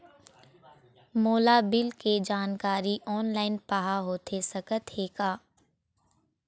मोला बिल के जानकारी ऑनलाइन पाहां होथे सकत हे का?